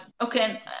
okay